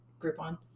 Groupon